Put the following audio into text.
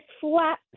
flat